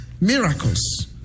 miracles